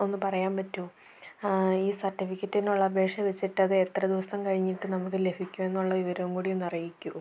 ഒന്നു പറയാൻ പറ്റുമോ ആ ഈ സർട്ടിഫിക്കറ്റിനുള്ള അപേക്ഷ വെച്ചിട്ടതെത്ര ദിവസം കഴിഞ്ഞിട്ട് നമുക്ക് ലഭിക്കുകയെന്നുള്ള വിവരം കൂടിയൊന്നറിയിക്കുമോ